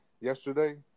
Yesterday